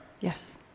Yes